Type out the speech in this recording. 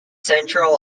central